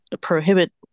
prohibit